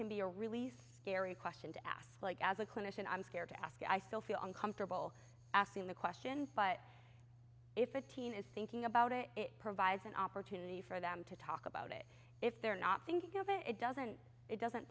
can be a really scary question to ask like as a clinician i'm scared to ask i still feel uncomfortable asking the question but if a teen is thinking about it it provides an opportunity for them to talk about it if they're not thinking of it doesn't it doesn't